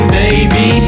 baby